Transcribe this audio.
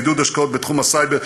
עידוד השקעות בתחום הסייבר.